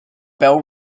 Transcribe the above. bell